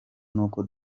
n’uko